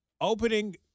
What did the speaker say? opening